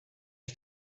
est